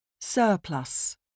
Surplus